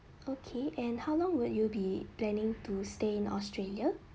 okay and how long will you be planning to stay in australia